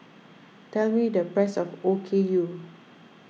tell me the price of Okayu